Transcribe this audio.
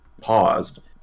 paused